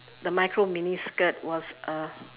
the micro mini skirt was a